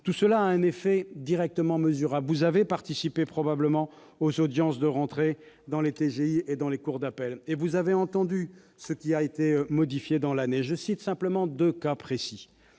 Tout cela a un effet directement mesurable. Vous avez probablement participé aux audiences de rentrée dans les TGI et dans les cours d'appel, et vous avez entendu ce qui a été modifié dans l'année. Je citerai simplement deux cas précis.